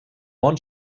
món